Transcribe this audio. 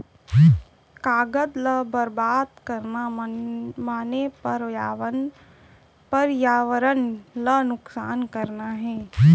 कागद ल बरबाद करना माने परयावरन ल नुकसान करना हे